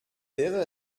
wäre